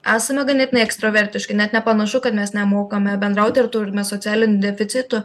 esame ganėtinai ekstravertiški net nepanašu kad mes nemokame bendrauti ir turime socialinių deficitų